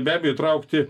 be abejo įtraukti